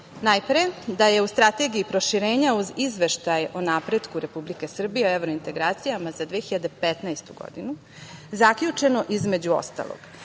stvari. Najpre da je u Strategiji proširenja uz Izveštaj o napretku Republike Srbije o evro-integracijama za 2015. godinu zaključeno, između ostalog,